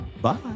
Bye